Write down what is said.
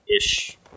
ish